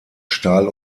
stahl